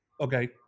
Okay